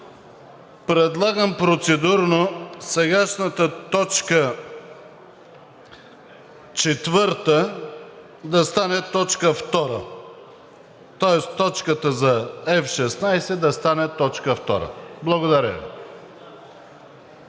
предлагам процедурно сегашната точка четвърта да стане точка втора. Тоест точката за F-16 да стане точка втора. Благодаря